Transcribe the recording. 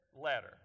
letter